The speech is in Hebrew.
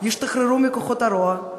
ישתחררו מכוחות הרוע,